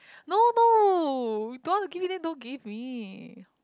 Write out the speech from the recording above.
no no don't want to give me then don't give me